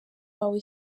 wawe